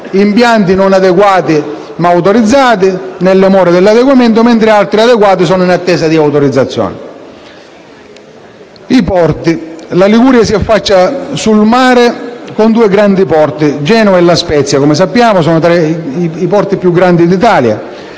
impianti non adeguati, ma autorizzati nelle more dell'adeguamento, mentre altri adeguati sono in attesa di autorizzazione. La Liguria si affaccia sul mare con i due grandi porti di Genova e La Spezia, che - come sappiamo - sono tra i porti più grandi d'Italia;